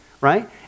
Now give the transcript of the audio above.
right